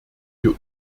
wir